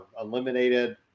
eliminated